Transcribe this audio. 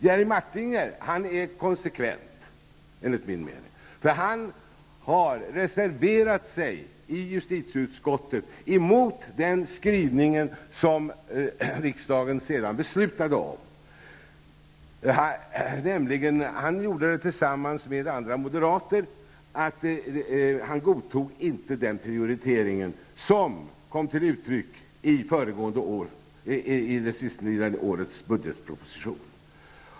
Jerry Martinger är enligt min mening konsekvent. Han har i justitieutskottet reserverat sig emot den skrivning som riksdagen sedan beslutade om. Tillsammans med andra moderater godtog han inte den prioritering som kom till uttryck i det sistlidna årets budgetproposition.